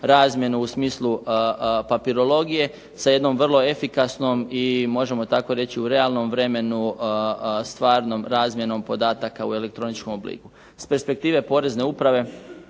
razmjenu u smislu papirologije sa jednom vrlo efikasnom i možemo tako reći u realnom vremenu stvarnom razmjenom podataka u elektroničkom obliku. S perspektive Porezne uprave